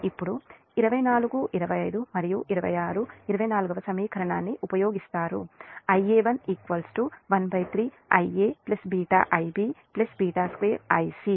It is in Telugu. ఇప్పుడు 24 25 మరియు 26 ఆ 24 సమీకరణాన్ని ఉపయోగిస్తున్నారు Ia1 13 Ia β Ib β2 Ic